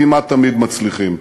כמעט תמיד מצליחים.